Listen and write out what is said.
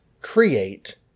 create